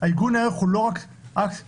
עיגון הערך הוא לא רק אקט דקלרטיבי,